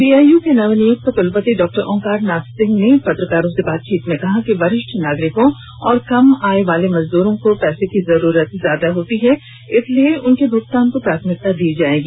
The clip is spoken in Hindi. बीएयू के नवनियुक्त कुलपति डॉ ओंकार नाथ सिंह ने आज पत्रकारों से बातचीत में कहा कि वरिष्ठ नागरिकों और कम आय वाले मजदूरों को पैसे की जरुरत ज्यादा होती है इसलिए उनके भूगतान को प्राथमिकता दी जाएगी